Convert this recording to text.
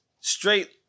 Straight